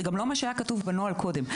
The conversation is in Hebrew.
זה גם לא מה שהיה כתוב בנוהל הקודם.